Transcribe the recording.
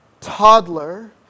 toddler